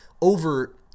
over